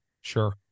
Sure